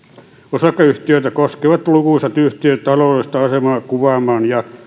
osakeyhtiöitä koskevat lukuisat yhtiön taloudellista asemaa kuvaamaan ja